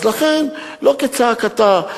לכן לא כצעקתה.